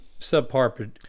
subpar